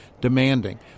demanding